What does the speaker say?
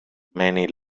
many